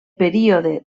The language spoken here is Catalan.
període